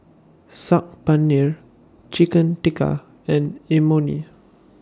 Saag Paneer Chicken Tikka and Imoni